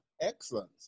Excellent